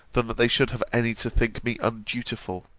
than that they should have any to think me undutiful.